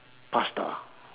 pasta